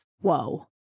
Whoa